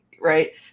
right